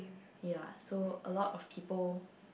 ya so a lot of people